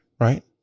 right